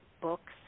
books